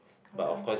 how come